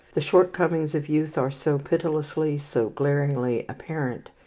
the shortcomings of youth are so pitilessly, so glaringly apparent.